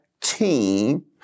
team